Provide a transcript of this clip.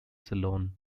salon